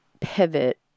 pivot